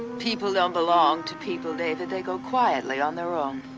people don't belong to people, david. they go quietly on their own.